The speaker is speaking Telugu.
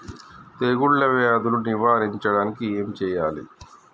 తెగుళ్ళ వ్యాధులు నివారించడానికి ఏం చేయాలి?